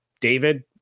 David